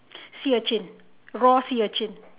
sea urchin raw sea urchin